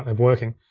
um working.